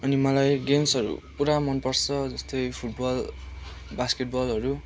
अनि मलाई गेम्सहरू पुरा मन पर्छ जस्तै फुटबल बास्केटबलहरू